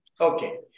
Okay